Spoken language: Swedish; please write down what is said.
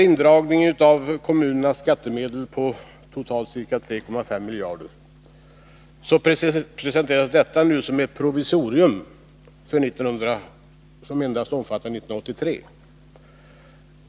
Indragningen av kommunernas skattemedel på totalt 3,5 miljarder presenteras nu som ett provisorium, som endast omfattar 1983.